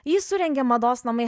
jį surengė mados namai